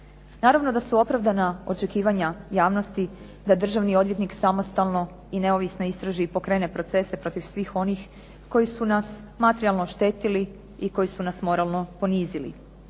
Naravno da su opravdana očekivanja javnosti da državni odvjetnik samostalno i neovisno istraži i pokrene procese protiv svih onih koji su nas materijalno oštetili i koji su nas moralno ponizili.